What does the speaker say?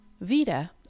VITA